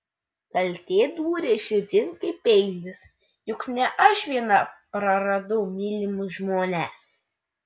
kaltė dūrė širdin kaip peilis juk ne aš viena praradau mylimus žmones